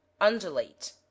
Undulate